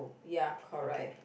ya correct